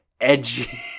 edgy